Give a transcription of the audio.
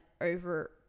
over